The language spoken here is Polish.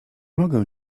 mogę